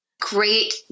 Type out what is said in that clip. Great